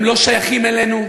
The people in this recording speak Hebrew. הם לא שייכים אלינו.